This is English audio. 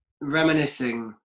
reminiscing